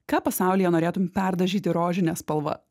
ką pasaulyje norėtum perdažyti rožine spalva